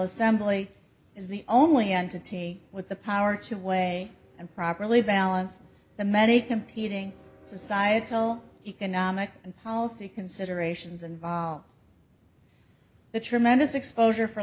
assembly is the only entity with the power to weigh and properly balance the many competing societal economic and policy considerations and the tremendous exposure for